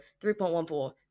3.14